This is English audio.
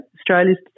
Australia's